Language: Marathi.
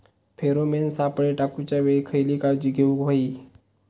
फेरोमेन सापळे टाकूच्या वेळी खयली काळजी घेवूक व्हयी?